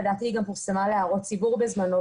ולדעתי היא גם פורסמה להערות ציבור בזמנו,